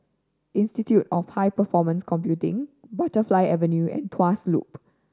Institute of High Performance Computing Butterfly Avenue and Tuas Loop